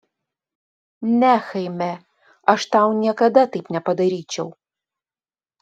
ne chaime aš tau niekada taip nepadaryčiau